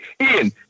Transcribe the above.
Ian